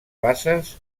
basses